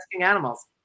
animals